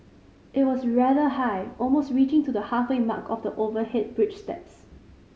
it was rather high almost reaching to the halfway mark of the overhead bridge steps